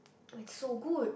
it's so good